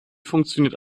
funktioniert